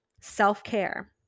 self-care